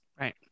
Right